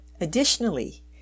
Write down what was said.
Additionally